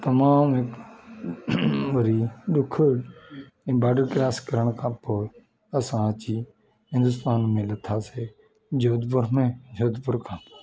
तमाम हिकु वरी ॾुख ऐं बॉडर क्रॉस करण खां पोइ असां अची हिंदुस्तान में लथियसीं जोधपुर में जोधपुर खां